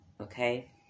okay